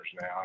now